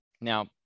Now